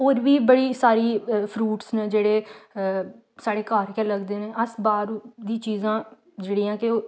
होर बी बड़ी सारी फ्रूट्स न जेह्ड़े साढ़े घर गै लगदे न अस बाह्र दी चीजां जेह्ड़ियां के